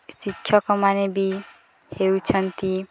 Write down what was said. ଶିକ୍ଷକମାନେ ବି ହେଉଛନ୍ତି